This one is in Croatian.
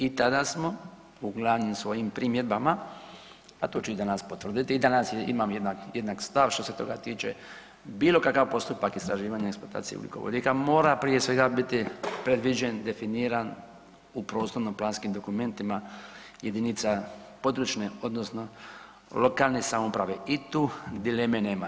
I tada smo u glavnim svojim primjedbama, a to ću i danas potvrditi, danas imam jednak stav što se toga tiče, bilokakav postupak istraživanja i eksploatacije ugljikovodika mora prije svega biti predviđen i definiran u prostorno planskim dokumentima jedinica područne odnosno lokalne samouprave i tu dileme nema.